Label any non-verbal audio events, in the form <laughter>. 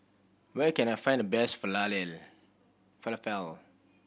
where can I find the best <unintelligible> Falafel